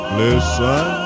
listen